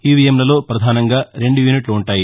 ఈవీఎమ్లలో పధానంగా రెండు యూనిట్లు ఉంటాయి